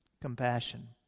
Compassion